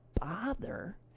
bother